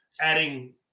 adding